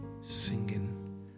singing